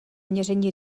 měření